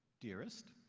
dearest